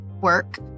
work